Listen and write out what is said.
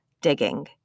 digging